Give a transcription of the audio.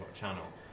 channel